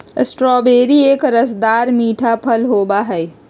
strawberry एक रसदार मीठा फल होबा हई